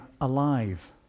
alive